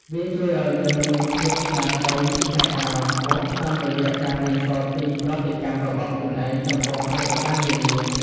វាជួយឱ្យយើងមានភាពឆ្លាតវៃផ្នែកអារម្មណ៍ខ្ពស់ តាមរយៈការរៀនសូត្រពីប្រតិកម្មរបស់ខ្លួនឯងចំពោះព្រឹត្តិការណ៍នានា។